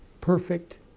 perfect